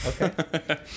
okay